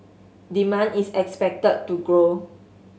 demand is expected to grow